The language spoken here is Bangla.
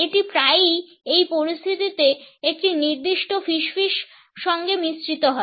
এটি প্রায়ই এই পরিস্থিতিতে একটি নির্দিষ্ট ফিসফিস সঙ্গে মিশ্রিত হয়